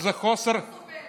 במה זה מתבטא שאתה סובל?